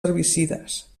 herbicides